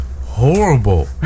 horrible